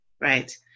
right